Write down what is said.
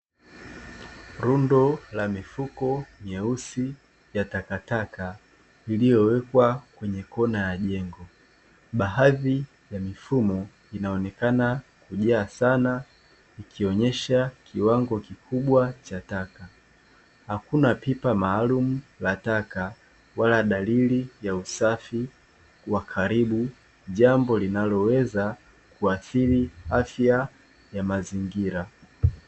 Rundo la mifuko mieusi ya takataka iliyowekwa kwenye kona ya jengo, baadhi ya mifumo inaonekana kujaa sana ikionyesha kiwango kikubwa cha taka; hakuna pipa maalumu la taka wala dalili ya usafi wa karibu, jambo linaloweza kuathiri afya ya mazingira.